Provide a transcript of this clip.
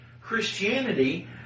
Christianity